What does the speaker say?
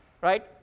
right